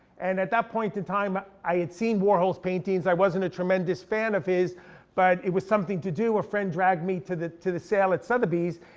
and at that point in time i had seen warhol's paintings. i wasn't a tremendous fan of his but it was something to do. a friend dragged me to the to the sale at sotheby's.